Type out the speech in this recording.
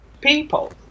people